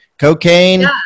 cocaine